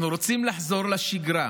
אנחנו רוצים לחזור לשגרה,